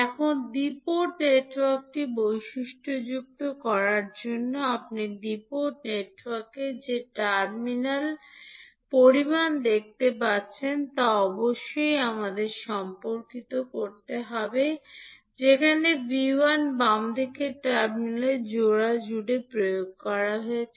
এখন দ্বি পোর্ট নেটওয়ার্কটি বৈশিষ্ট্যযুক্ত করার জন্য আপনি দ্বি পোর্ট নেটওয়ার্কে যে টার্মিনাল পরিমাণ দেখতে পাচ্ছেন তা অবশ্যই আমাদের সম্পর্কিত করতে হবে এখানে 𝐕1 বাম দিকে টার্মিনাল জোড়া জুড়ে প্রয়োগ করা হয়েছে